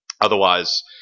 Otherwise